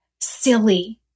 silly